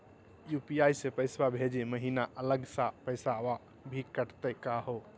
UPI स पैसवा भेजै महिना अलग स पैसवा भी कटतही का हो?